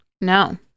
No